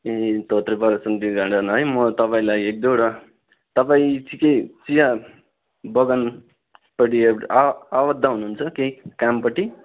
ए Dhotrey Balason tea garden है म तपाईँलाई एक दुईवटा तपाईँ ठिकै चिया बगानपट्टि आ आबद्ध हुनुहुन्छ केही कामपट्टि